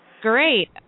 great